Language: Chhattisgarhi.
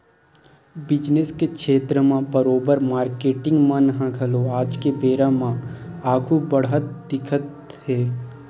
बिजनेस के छेत्र म बरोबर मारकेटिंग मन ह घलो आज के बेरा म आघु बड़हत दिखत हे